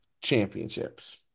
championships